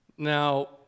Now